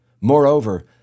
Moreover